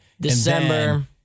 December